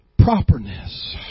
properness